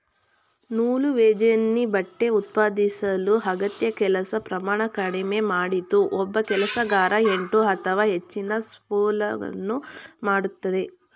ನೂಲುವಜೆನ್ನಿ ಬಟ್ಟೆ ಉತ್ಪಾದಿಸಲು ಅಗತ್ಯ ಕೆಲಸ ಪ್ರಮಾಣ ಕಡಿಮೆ ಮಾಡಿತು ಒಬ್ಬ ಕೆಲಸಗಾರ ಎಂಟು ಅಥವಾ ಹೆಚ್ಚಿನ ಸ್ಪೂಲನ್ನು ಮಾಡ್ತದೆ